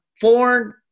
foreign